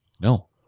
No